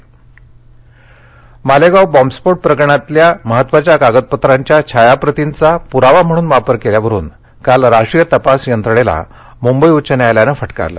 मालेगाव नाशिक मालेगाव बॉम्बस्फोट प्रकरणातल्या महत्त्वाच्या कागदपत्रांच्या छायाप्रतीचा पुरावा म्हणून वापर केल्यावरून काल राष्ट्रीय तपास यंत्रणेला मुंबई उच्च न्यायालयानं फटकारलं